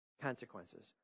Consequences